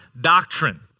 doctrine